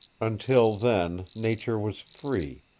until then nature was free,